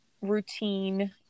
routine